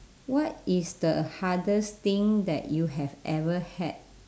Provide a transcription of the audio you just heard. what is the hardest thing that you have ever had